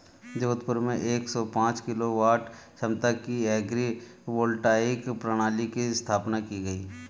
जोधपुर में एक सौ पांच किलोवाट क्षमता की एग्री वोल्टाइक प्रणाली की स्थापना की गयी